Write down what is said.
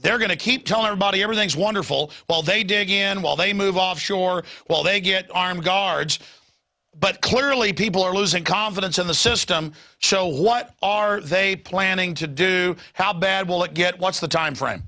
they're going to keep telling the body everything's wonderful while they dig in while they move offshore while they get armed guards but clearly people are losing confidence in the system so what are they planning to do how bad will it get what's the time frame